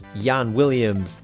Jan-William